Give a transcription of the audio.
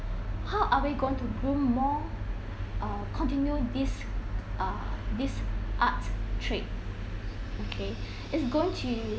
how are we going to groom more uh continue this uh this art trade okay it's going to